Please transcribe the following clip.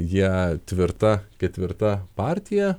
jie tvirta ketvirta partija